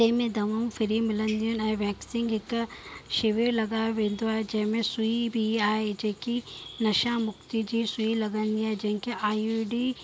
तंहिंमें दवाऊं फ्री मिलंदियूं आहिनि ऐं वैक्सीन हिकु शिविर लॻायो वेंदो आहे जंहिंमें सुई बि आहे जेकी नशा मुक्ति जी सुई लॻाई वेंदी आहे जंहिंखें आर यू डी